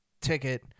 ticket